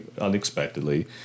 unexpectedly